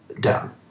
down